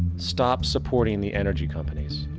stop supporting the energy companies.